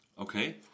Okay